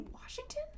Washington